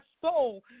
soul